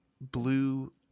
blue